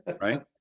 right